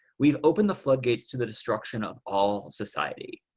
we've opened the floodgates to the destruction of all society.